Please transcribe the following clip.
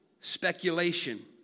speculation